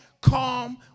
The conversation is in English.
calm